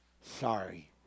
Sorry